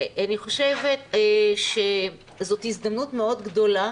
אני חושבת שזאת הזדמנות מאוד גדולה